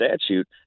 statute